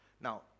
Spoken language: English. now